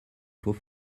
faut